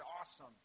awesome